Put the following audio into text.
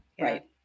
Right